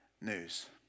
news